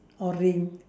or ring